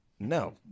No